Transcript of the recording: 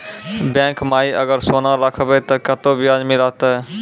Bank माई अगर सोना राखबै ते कतो ब्याज मिलाते?